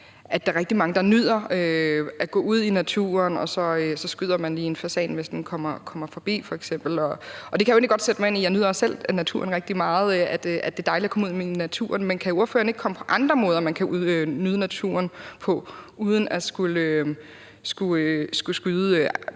at der er rigtig mange, der nyder at gå ud i naturen, og at så skyder man f.eks. lige en fasan, hvis den kommer forbi. Det kan jeg jo egentlig godt sætte mig ind i. Jeg nyder også selv naturen rigtig meget. Det er dejligt at komme ud i naturen. Men kan ordføreren ikke komme på andre måder, man kan nyde naturen på uden f.eks. at skulle skyde